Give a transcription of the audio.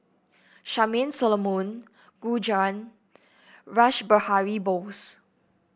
Charmaine Solomon Gu Juan Rash Behari Bose